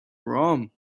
rum